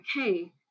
okay